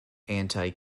anti